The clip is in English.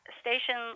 station